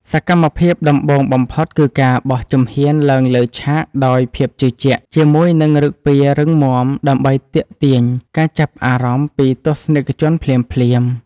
សកម្មភាពដំបូងបំផុតគឺការបោះជំហានឡើងលើឆាកដោយភាពជឿជាក់ ជាមួយនឹងឫកពារឹងមាំ ដើម្បីទាក់ទាញការចាប់អារម្មណ៍ពីទស្សនិកជនភ្លាមៗ។